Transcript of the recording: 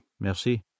merci